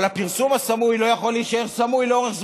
אבל הפרסום הסמוי לא יכול להישאר סמוי לאורך זמן.